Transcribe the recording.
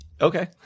Okay